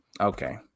okay